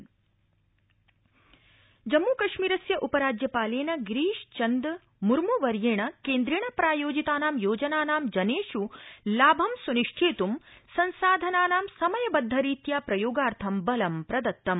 जम्मूकश्मीर जम्मूकश्मीरस्य उपराज्यपालेन गिरीश चन्द मुर्म्वर्येण केन्द्रेण प्रायोजितानां योजनानां जनेष् लाभ सुनिश्चेत् संसाधनानां समयबद्धरीत्या प्रयोगार्थं बलं प्रदत्तम्